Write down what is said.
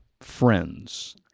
friends